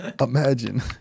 imagine